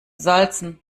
salzen